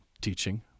teaching